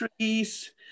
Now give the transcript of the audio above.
trees